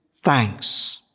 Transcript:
thanks